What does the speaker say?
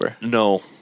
no